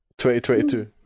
2022